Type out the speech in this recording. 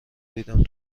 دیدم